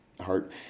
heart